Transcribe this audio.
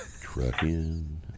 trucking